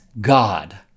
God